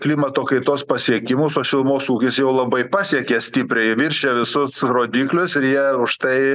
klimato kaitos pasiekimus o šilumos ūkis jau labai pasiekė stipriai viršijo visus rodyklius ir jie už tai